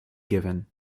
given